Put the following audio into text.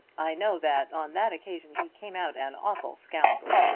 i know that on that occasion he came out an awful scoundrel.